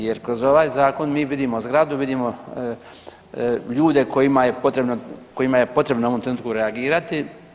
Jer kroz ovaj Zakon mi vidimo zgradu, vidimo ljude kojima je potrebno u ovom trenutku reagirati.